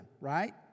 right